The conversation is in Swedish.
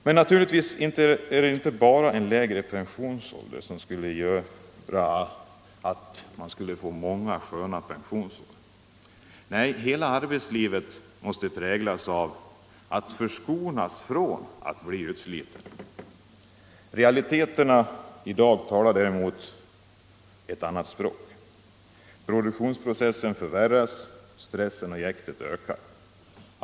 Men naturligtvis kan inte bara lägre pensionsålder ge människorna många sköna pensionsår. Nej, hela arbetslivet måste präglas av en strävan att förskona människorna från att bli utslitna. Men realiteterna talar i dag ett annat språk. Produktionsprocessen förvärras. Stressen och jäktet ökar.